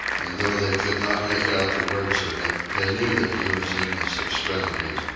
and though they could not make out the words of it, they knew that he was in his extremity.